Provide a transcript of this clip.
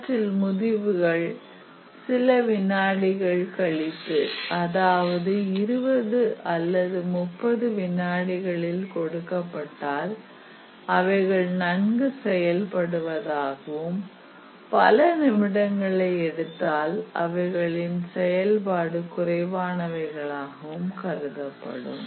இவற்றில் முடிவுகள் சில விநாடி கழித்து அதாவது 20 அல்லது 30 வினாடிகளில் கொடுக்கப்பட்டால் அவைகள் நன்கு செயல்படுவதாகவும் பல நிமிடங்களை எடுத்தால் அவைகள் செயல்பாடு குறைவானவை களாகவும் கருதப்படும்